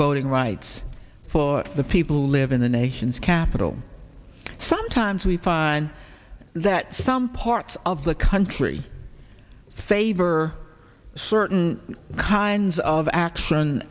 voting rights for the people who live in the nation's capital sometimes we find that some parts of the country favor certain kinds of action